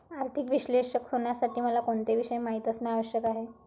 आर्थिक विश्लेषक होण्यासाठी मला कोणते विषय माहित असणे आवश्यक आहे?